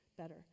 better